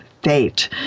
fate